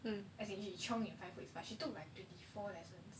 mmhmm as in she chiong in five weeks but she took like twenty four lessons